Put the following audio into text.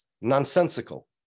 nonsensical